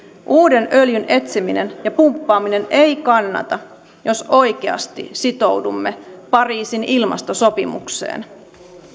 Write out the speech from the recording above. uuden öljyn etsiminen ja pumppaaminen ei kannata jos oikeasti sitoudumme pariisin ilmastosopimukseen